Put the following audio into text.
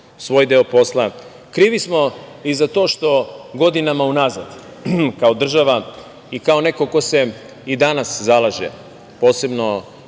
svoj deo posla. Krivi smo i za to što godinama unazad, kao država i kao neko ko se i danas zalaže posebno